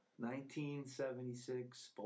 1976